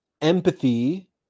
Empathy